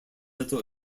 little